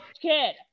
kid